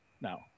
now